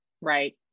Right